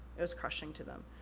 it was crushing to them.